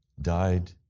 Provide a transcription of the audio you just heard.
died